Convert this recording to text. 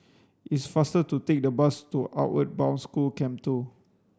it's faster to take the bus to Outward Bound School Camp Two